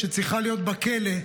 שצריכה להיות בכלא,